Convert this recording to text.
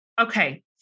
Okay